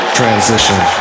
Transition